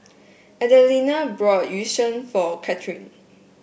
Adelina bought Yu Sheng for Kathryn